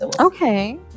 Okay